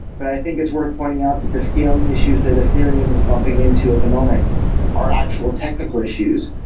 but i think it's worth pointing out that the scaling issues that ethereum is bumping into at the moment are actual technical issues.